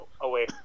away